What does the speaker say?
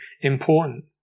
important